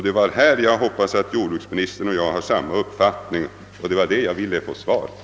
Det var där jag hoppades ait jordbruksministern och jag hade samma uppfattning, och det var också den frågan jag ville ha ett svar på.